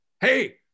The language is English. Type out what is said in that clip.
Hey